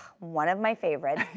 one of my favorites,